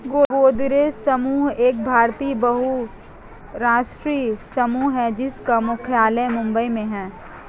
गोदरेज समूह एक भारतीय बहुराष्ट्रीय समूह है जिसका मुख्यालय मुंबई में है